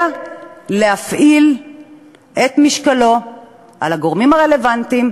להפעיל את משקלו על הגורמים הרלוונטיים,